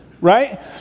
right